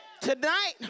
Tonight